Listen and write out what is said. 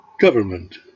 government